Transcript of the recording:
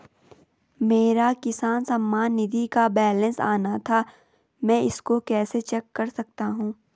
मेरा किसान सम्मान निधि का बैलेंस आना था मैं इसको कैसे चेक कर सकता हूँ?